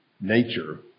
nature